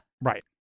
Right